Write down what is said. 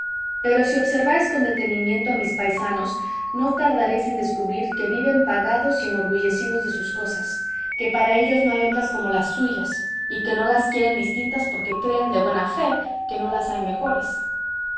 pero si observáis con detenimiento a mis paisanos no tardaréis en descubrir que viven pagados y enorgullecidos de sus cosas que para ellos no hay otras como las suyas y que no las quieren distintas porque creen de buena fe que no las hay mejores